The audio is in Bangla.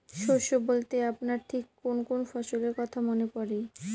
শস্য বলতে আপনার ঠিক কোন কোন ফসলের কথা মনে পড়ে?